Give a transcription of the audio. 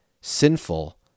sinful